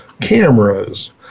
cameras